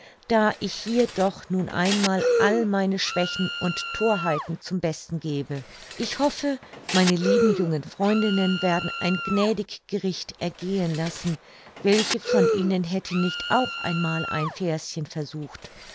da ich hier doch nun einmal all meine schwächen und thorheiten zum besten gebe ich hoffe meine lieben jungen freundinnen werden ein gnädig gericht ergehen lassen welche von ihnen hätte nicht auch einmal ein verschen versucht